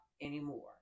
anymore